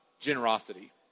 generosity